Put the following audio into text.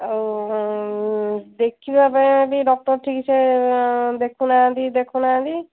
ଆଉ ଦେଖିବା ପାଇଁ ବି ଡକ୍ଟର ଠିକ୍ ସେ ଦେଖୁନାହାନ୍ତି ଦେଖୁନାହାନ୍ତି